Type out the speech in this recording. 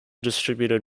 distributed